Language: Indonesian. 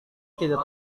tidak